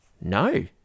No